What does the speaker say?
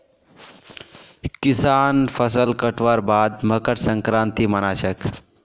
किसान फसल कटवार बाद मकर संक्रांति मना छेक